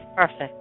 Perfect